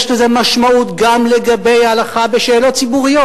יש לזה משמעות גם לגבי הלכה בשאלות ציבוריות.